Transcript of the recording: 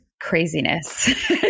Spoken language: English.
craziness